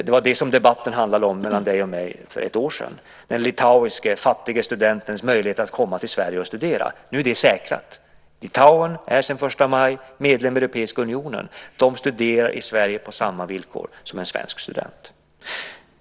Det var det som debatten handlade om mellan Anne-Marie Pålsson och mig för ett år sedan - den litauiske fattige studentens möjlighet att komma till Sverige och studera. Nu är det säkrat. Litauen är sedan den 1 maj medlem i Europeiska unionen. Studenter därifrån studerar i Sverige på samma villkor som en svensk student.